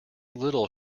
little